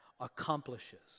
accomplishes